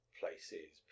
places